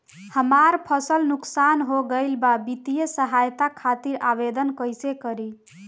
हमार फसल नुकसान हो गईल बा वित्तिय सहायता खातिर आवेदन कइसे करी?